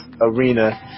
arena